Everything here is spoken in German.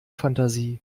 fantasie